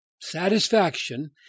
satisfaction